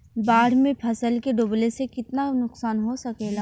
बाढ़ मे फसल के डुबले से कितना नुकसान हो सकेला?